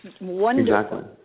wonderful